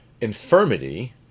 infirmity